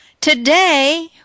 Today